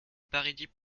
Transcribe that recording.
paradis